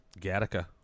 Gattaca